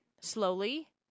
slowly